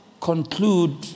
conclude